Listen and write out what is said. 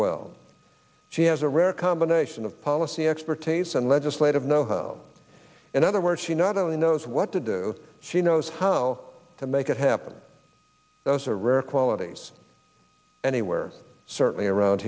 well she has a rare combination of policy expertise and legislative knowhow in other words she not only knows what to do she knows how to make it happen those are rare qualities anywhere certainly around